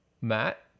matt